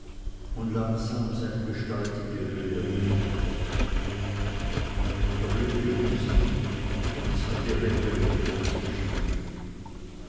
und langsam seine gestalt in die höhe richtete er blickte um sich und sah die retterin vor sich stehen